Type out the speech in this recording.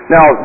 Now